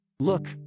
Look